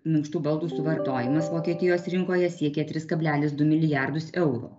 minkštų baldų suvartojimas vokietijos rinkoje siekė tris kabelis du milijardus eurų